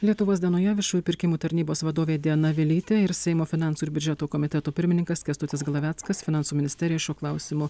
lietuvos dienoje viešųjų pirkimų tarnybos vadovė diana vilytė ir seimo finansų ir biudžeto komiteto pirmininkas kęstutis glaveckas finansų ministerija šiuo klausimu